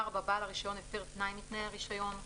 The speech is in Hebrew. בעל הרישיון הפר תנאי מתנאי הרישיון,